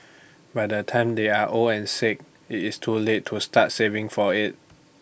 by the time they are old and sick IT is too late to start saving for IT